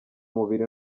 mubiri